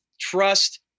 trust